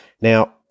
Now